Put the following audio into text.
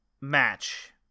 match